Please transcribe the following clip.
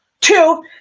Two